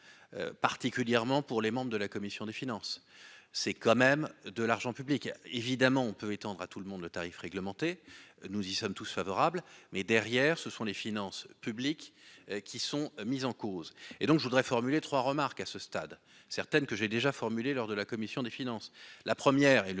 Particulièrement pour les membres de la commission des finances. C'est quand même de l'argent public, évidemment on peut étendre à tout le monde. Le tarif réglementé. Nous y sommes tous favorables mais derrière, ce sont les finances publiques qui sont mises en cause et donc je voudrais formuler 3 remarque à ce stade certaines que j'ai déjà formulées lors de la commission des finances. La première, et le